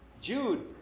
Jude